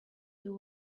you